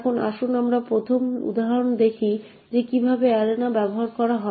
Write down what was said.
এখন আসুন আমরা প্রথম উদাহরণ দেখি যে কীভাবে একটি অ্যারেনা ব্যবহার করা হয়